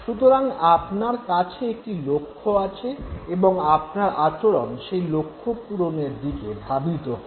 সুতরাং আপনার কাছে একটি লক্ষ্য আছে এবং আপনার আচরণ সেই লক্ষ্যপূরণের দিকে ধাবিত হয়